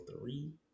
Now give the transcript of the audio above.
three